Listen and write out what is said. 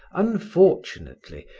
unfortunately,